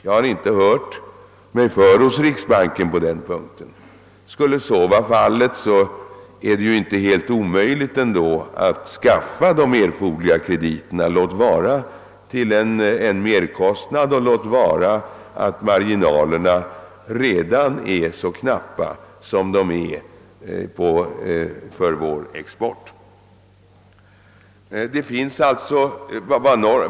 Jag har inte hört mig för hos riksbanken på den punkten. Skulle så vara fallet, är det inte alldeles omöjligt att anskaffa de erforderliga krediterna, låt vara till en merkostnad och låt vara att marginalerna redan är så knappa som de är för vår export.